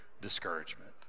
discouragement